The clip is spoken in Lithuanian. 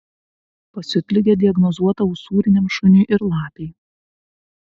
pasiutligė diagnozuota usūriniam šuniui ir lapei